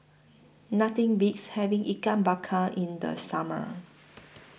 Nothing Beats having Ikan Bakar in The Summer